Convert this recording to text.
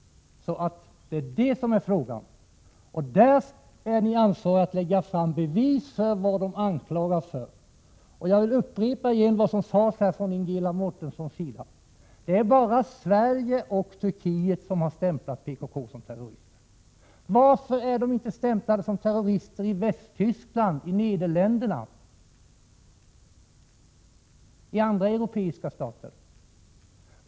Ni är skyldiga att lägga fram bevis för vad de anklagas för. Jag vill upprepa vad Ingela Mårtensson sade: Det är bara Sverige och Turkiet som har stämplat PKK som terroristorganisation. Varför är den inte stämplad för terrorism i Västtyskland, i Nederländerna, i andra europeiska stater?